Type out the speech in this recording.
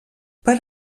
per